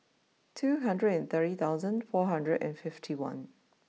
two hundred and thirty thousand four hundred and fifty one